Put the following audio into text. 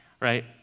right